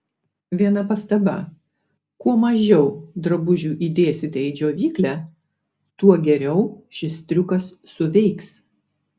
viena pastaba kuo mažiau drabužių įdėsite į džiovyklę tuo geriau šis triukas suveiks